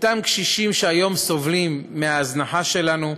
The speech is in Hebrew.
אותם קשישים שהיום סובלים מההזנחה שלנו,